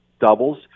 doubles